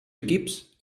equips